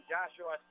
Joshua